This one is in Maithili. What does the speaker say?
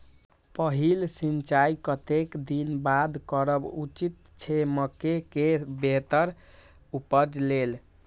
पहिल सिंचाई कतेक दिन बाद करब उचित छे मके के बेहतर उपज लेल?